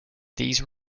these